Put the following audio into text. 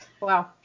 Wow